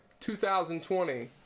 2020